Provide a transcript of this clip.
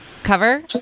cover